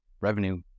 revenue